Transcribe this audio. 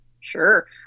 sure